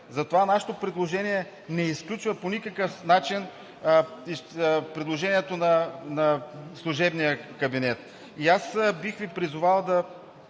Затова нашето предложение не изключва по никакъв начин предложението на служебния кабинет. Аз бих Ви призовал да